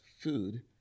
food